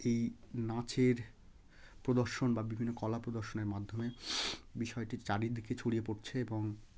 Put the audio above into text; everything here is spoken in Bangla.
এই নাচের প্রদর্শন বা বিভিন্ন কলা প্রদর্শনের মাধ্যমে বিষয়টি চারিদিকে ছড়িয়ে পড়ছে এবং